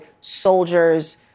soldiers